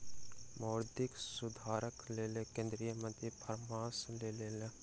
मौद्रिक सुधारक लेल केंद्रीय मंत्री परामर्श लेलैन